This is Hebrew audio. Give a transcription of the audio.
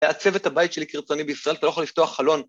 ‫לעצב את הבית שלי כרצוני בישראל, ‫אתה לא יכול לפתוח חלון.